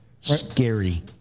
Scary